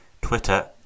Twitter